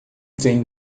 tenho